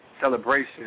celebration